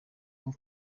nko